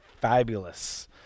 fabulous